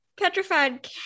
petrified